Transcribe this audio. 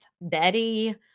Betty